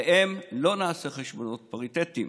ועליהם לא נעשה חשבונות פריטטיים.